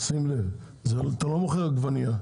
אתה לא מוכר עגבנייה,